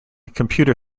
computer